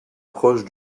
proche